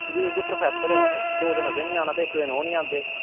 एह् उऐ प्रोफेसर इक्क दिन ओह् निं आंदे दौ दिन अस निं आंदे